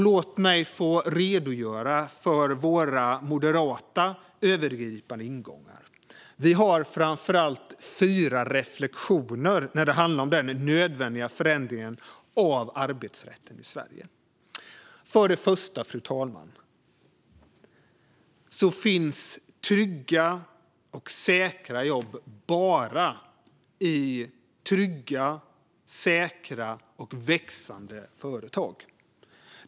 Låt mig få redogöra för våra moderata övergripande ingångar. Vi har framför allt fyra reflektioner när det handlar om den nödvändiga förändringen av arbetsrätten i Sverige. För det första, fru talman, finns trygga och säkra jobb bara i trygga, säkra företag och växande företag.